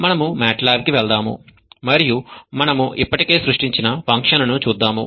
మనము మాట్లాబ్కి వెళ్దాం మరియు మనం ఇప్పటికే సృష్టించిన ఫంక్షన్ను చూద్దాం